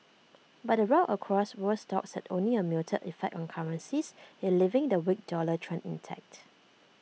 but the rout across world stocks had only A muted effect on currencies E leaving the weak dollar trend intact